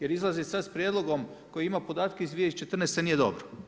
Jer izlazi sad sa prijedlogom koji ima podatke iz 2014. nije dobro.